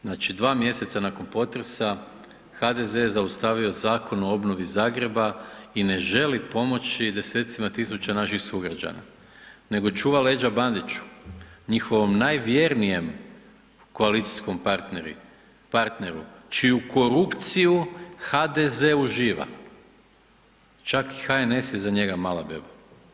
Znači, dva mjeseca nakon potresa HDZ je zaustavio Zakon o obnovi Zakona i ne želi pomoći desecima tisuća naših sugrađana nego čuva leđa Bandiću, njihovom najvjernijem koalicijskom partneru čiju korupciju HDZ uživa, čak i HNS je za njega mala beba.